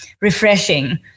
refreshing